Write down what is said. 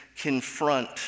confront